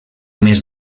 més